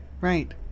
Right